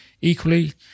equally